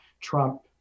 Trump